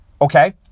Okay